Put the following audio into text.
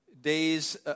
days